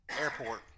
airport